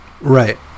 Right